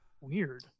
Weird